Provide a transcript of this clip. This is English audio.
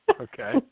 Okay